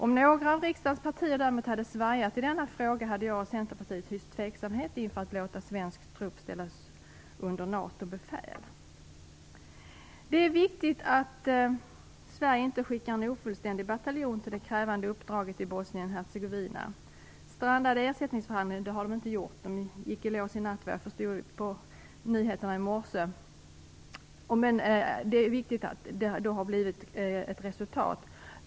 Om några av riksdagens partier däremot hade svajat i denna fråga hade jag och Centerpartiet hyst tveksamhet inför att låta svensk trupp ställas under NATO Det är viktigt att Sverige inte skickar en ofullständig bataljon till det krävande uppdraget i Bosnien-Hercegovina. Strandade ersättningsförhandlingar gick i lås i natt enligt nyheterna i morse, och det är viktigt att de lett till ett resultat.